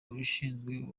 ushinzwe